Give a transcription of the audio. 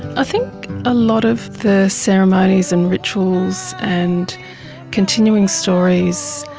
i think a lot of the ceremonies and rituals and continuing stories,